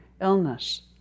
illness